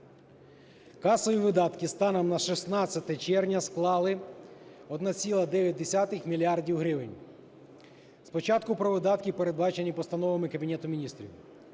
Касові видатки станом на 16 червня склали 0,9 мільярда гривень. Спочатку про видатки, передбачені постановами Кабінету Міністрів.